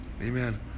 Amen